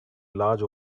large